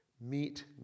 meet